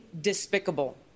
despicable